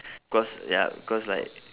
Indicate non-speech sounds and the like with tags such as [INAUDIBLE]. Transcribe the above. [BREATH] cause ya cause like